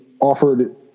offered